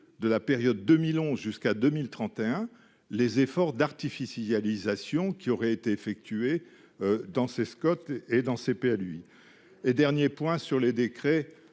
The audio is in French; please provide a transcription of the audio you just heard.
de la période 2011 jusqu'à 2031. Les efforts d'artificialisation qui auraient été effectués. Dans ces Scott et dans CP à lui. Et dernier point sur les décrets